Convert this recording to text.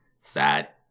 sad